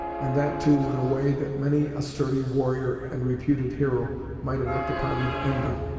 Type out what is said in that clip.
and that, too, in a way that many a sturdy warrior and reputed hero might have looked upon with envy,